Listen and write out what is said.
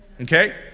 Okay